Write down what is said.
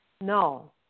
No